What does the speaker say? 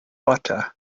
butter